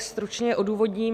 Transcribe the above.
Stručně je odůvodním.